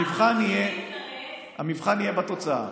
המבחן יהיה בתוצאה.